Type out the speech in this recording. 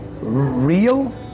real